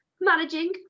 managing